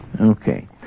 Okay